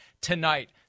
tonight